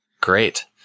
great